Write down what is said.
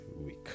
week